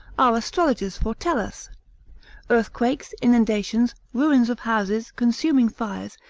our astrologers foretell us earthquakes, inundations, ruins of houses, consuming fires,